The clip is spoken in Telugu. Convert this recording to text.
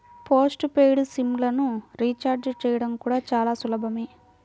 పోస్ట్ పెయిడ్ సిమ్ లను రీచార్జి చేయడం కూడా చాలా సులభమే